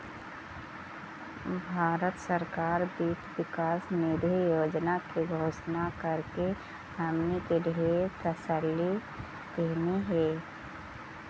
भारत सरकार वित्त विकास निधि योजना के घोषणा करके हमनी के ढेर तसल्ली देलई हे